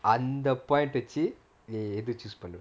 அந்த:antha point வச்சு எத:vachu etha choose பண்ணுவ:pannuva